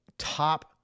Top